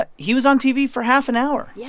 but he was on tv for half an hour. yeah.